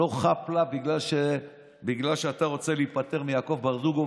לא חאפ-לאפ ובגלל שאתה רוצה להיפטר מיעקב ברדוגו